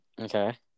Okay